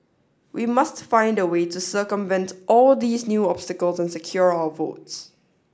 we must find a way to circumvent all these new obstacles and secure our votes